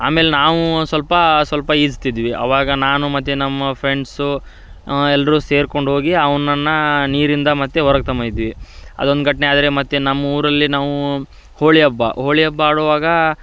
ಆಮೇಲೆ ನಾವು ಸ್ವಲ್ಪ ಸ್ವಲ್ಪ ಈಜ್ತಿದ್ದಿವಿ ಆವಾಗ ನಾನು ಮತ್ತು ನಮ್ಮ ಫ್ರೆಂಡ್ಸು ಎಲ್ಲರೂ ಸೇರ್ಕೊಂಡು ಹೋಗಿ ಅವನನ್ನ ನೀರಿಂದ ಮತ್ತೆ ಹೊರಗ್ ತಗಂಬೈಂದಿದ್ವಿ ಅದೊಂದು ಘಟನೆ ಆದರೆ ಮತ್ತೆ ನಮ್ಮೂರಲ್ಲಿ ನಾವು ಹೋಳಿ ಹಬ್ಬ ಹೋಳಿ ಹಬ್ಬ ಆಡುವಾಗ